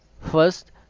first